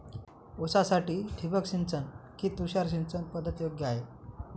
ऊसासाठी ठिबक सिंचन कि तुषार सिंचन पद्धत योग्य आहे?